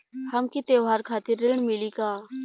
हमके त्योहार खातिर ऋण मिली का?